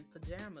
pajamas